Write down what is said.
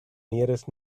nearest